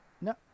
No